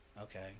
okay